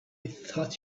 thought